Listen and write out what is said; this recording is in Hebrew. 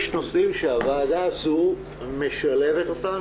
יש נושאים שהוועדה הזו משלבת אותם,